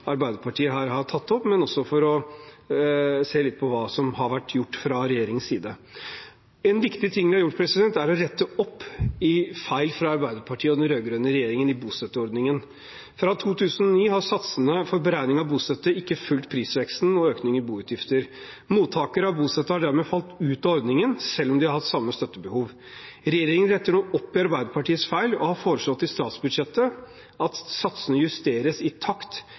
Arbeiderpartiet her har tatt opp, og for å se litt på hva som har vært gjort fra regjeringens side. En viktig ting vi har gjort, er at vi har rettet opp feil fra Arbeiderpartiet og den rød-grønne regjeringen i bostøtteordningen. Fra 2009 har satsene for beregning av bostøtte ikke fulgt prisveksten og økningen i boutgifter. Mottakere av bostøtte har dermed falt ut av ordningen, selv om de har hatt samme støttebehov. Regjeringen retter nå opp Arbeiderpartiets feil og har foreslått i statsbudsjettet at satsene justeres i takt